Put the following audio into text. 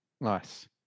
Nice